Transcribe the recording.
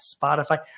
Spotify